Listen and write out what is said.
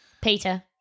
Peter